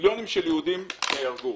מיליונים של אנשים נהרגו.